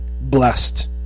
blessed